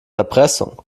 erpressung